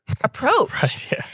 approach